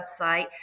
website